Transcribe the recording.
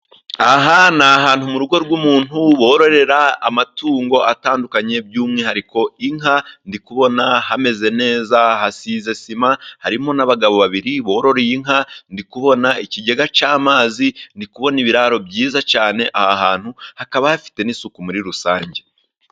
Aha ni ahantu mu rugo rw'umuntu bororera amatungo atandukanye by'umwihariko inka, ndi kubona hameze neza hasize sima harimo n'abagabo babiri bororeye inka, ndi kubona ikigega cy'amazi, ndi kubona ibiraro byiza cyane ,aha hantu hakaba hafite n'isuku muri rusange.